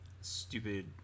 stupid